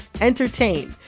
entertain